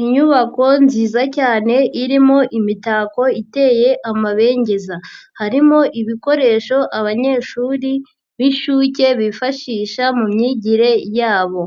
Inyubako nziza cyane irimo imitako iteye amabengeza, harimo ibikoresho abanyeshuri b'inshuke bifashisha mu myigire yabo,